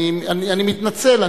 אני מתנצל.